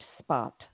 spot